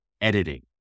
editing